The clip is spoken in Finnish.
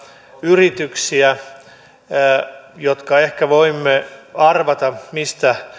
yrityksiä ja ehkä voimme arvata mistä